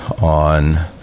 on